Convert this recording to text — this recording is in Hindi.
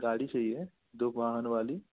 गाड़ी चाहिए दो वाहन वाली